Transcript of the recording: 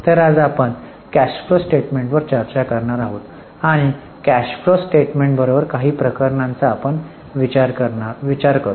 तर आज आपण कॅश फ्लो स्टेटमेंटवर चर्चा करणार आहोत आणि कॅश फ्लो स्टेटमेंट बरोबर काही प्रकरणांचा आपण विचार करू